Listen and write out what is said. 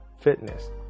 fitness